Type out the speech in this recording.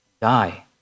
die